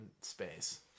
space